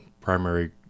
primary